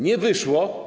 Nie wyszło.